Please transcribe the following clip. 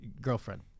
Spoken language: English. girlfriend